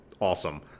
Awesome